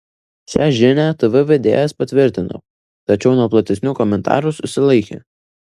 šią žinią tv vedėjas patvirtino tačiau nuo platesnių komentarų susilaikė